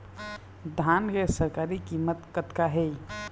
धान के सरकारी कीमत कतका हे?